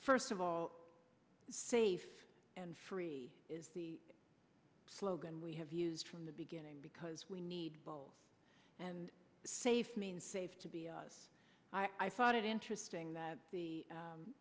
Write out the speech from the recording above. first of all safe and free is the slogan we have used from the beginning because we need bold and safe means safe to be i thought it interesting that the